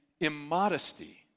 immodesty